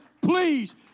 Please